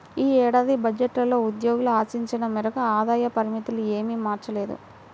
ఈ ఏడాది బడ్జెట్లో ఉద్యోగులు ఆశించిన మేరకు ఆదాయ పరిమితులు ఏమీ మార్చలేదు